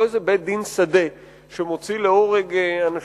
איזה בית-דין שדה שמוציא להורג אנשים.